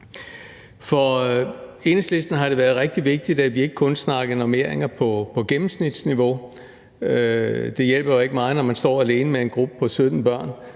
For Enhedslisten har det været rigtig vigtigt, at vi ikke kun snakker om normeringer på et gennemsnitligt niveau. Det hjælper jo ikke meget, når man står alene med en gruppe på 17 børn